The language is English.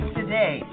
today